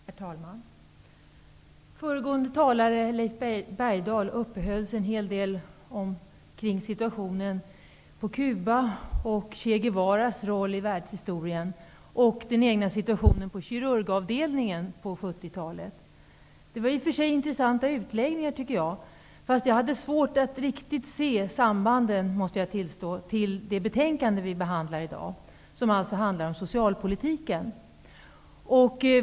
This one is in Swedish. Herr talman! Föregående talare, Leif Bergdahl, uppehöll sig en hel del kring situationen på Cuba, Che Guevaras roll i världshistorien och den egna situationen på kirurgavdelningen på 70-talet. Det var i och för sig intressanta utläggningar, men jag måste tillstå att jag hade svårt att riktigt se sambanden med det betänkande som vi i dag behandlar. Det handlar om socialpolitiken.